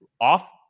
off